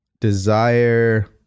Desire